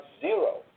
zero